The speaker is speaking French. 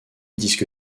disque